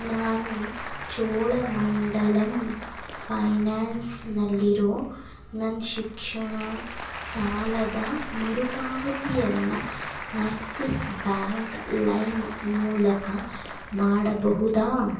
ನಾನು ಚೋಳಮಂಡಲಮ್ ಫೈನಾನ್ಸ್ನಲ್ಲಿರೊ ನನ್ನ ಶಿಕ್ಷಣ ಸಾಲದ ಮರುಪಾವತಿಯನ್ನು ಆ್ಯಕ್ಸಿಸ್ ಬ್ಯಾಂಕ್ ಲೈಮ್ ಮೂಲಕ ಮಾಡಬಹುದಾ